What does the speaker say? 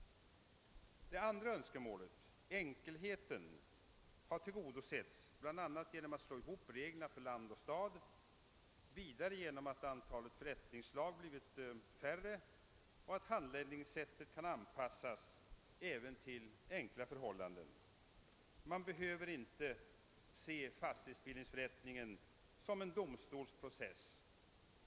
Det andra önskemålet — det som avsåg enkelhet — har tillgodosetts bl.a. genom att man slagit ihop reglerna för land och stad, och vidare genom att antalet förrättningslag blivit färre och genom att handläggningssättet kan anpassas även till enkla förhållanden. Man behöver inte se fastighetsbildningsförrättningen som en domstolsprocess.